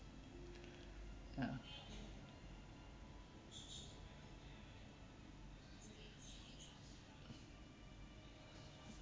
ya